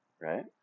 right